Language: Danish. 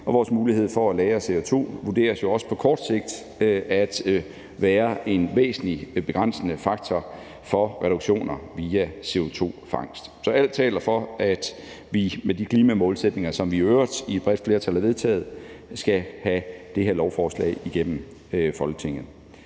vores mulighed for at lagre CO2 vurderes jo også på kort sigt til at være en væsentlig begrænsende faktor for reduktioner via CO2-fangst. Så alt taler for, at vi med de klimamålsætninger, som vi i øvrigt i et bredt flertal har vedtaget, skal have det her lovforslag igennem Folketinget.